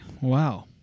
Wow